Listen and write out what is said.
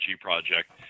project